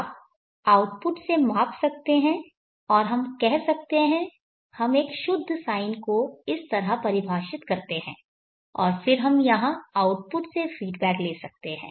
आप आउटपुट से माप सकते हैं और हम कह सकते हैं हम एक शुद्ध साइन को इस तरह परिभाषित करते हैं और फिर हम यहां आउटपुट से फीडबैक ले सकते हैं